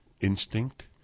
instinct